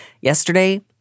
Yesterday